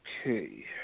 Okay